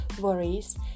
worries